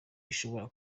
ishobora